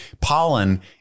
pollen